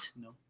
No